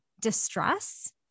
distress